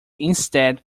instead